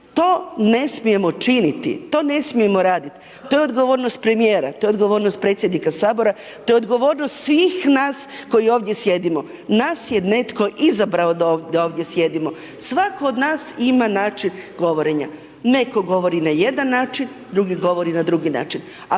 to ne smijemo činiti, to ne smijemo raditi, to je odgovornost premijera, to je odgovornost predsjednika Sabora, to je odgovornost svih nas koji ovdje sjedimo. Nas je netko izabrao da ovdje sjedimo. Svatko od nas ima način govorenja. Netko govori na jedan način, drugi govori na drugi način,